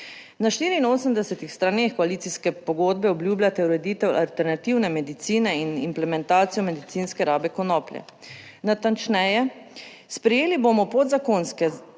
Na 84 straneh koalicijske pogodbe obljubljate ureditev alternativne medicine in implementacijo medicinske rabe konoplje, natančneje sprejeli bomo podzakonske Akte